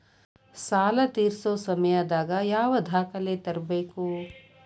ಸಾಲಾ ತೇರ್ಸೋ ಸಮಯದಾಗ ಯಾವ ದಾಖಲೆ ತರ್ಬೇಕು?